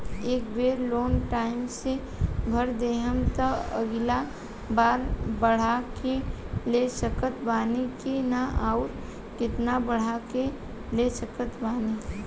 ए बेर loan time से भर देहम त अगिला बार बढ़ा के ले सकत बानी की न आउर केतना बढ़ा के ले सकत बानी?